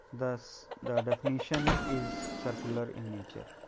thus the definition is circular in nature.